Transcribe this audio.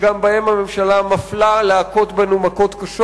שגם בהם הממשלה משכילה להכות בנו מכות קשות.